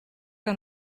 que